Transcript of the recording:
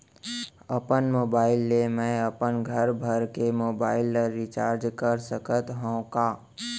अपन मोबाइल ले मैं अपन घरभर के मोबाइल ला रिचार्ज कर सकत हव का?